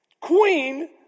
queen